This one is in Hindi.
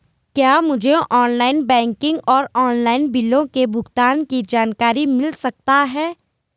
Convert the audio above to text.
क्या मुझे ऑनलाइन बैंकिंग और ऑनलाइन बिलों के भुगतान की जानकारी मिल सकता है?